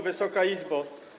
Wysoka Izbo!